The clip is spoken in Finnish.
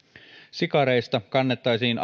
sikareista kannettaisiin